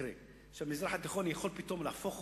שהמזרח התיכון יכול להפוך